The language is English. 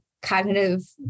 cognitive